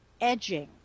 edging